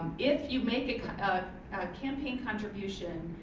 if you make a campaign contribution,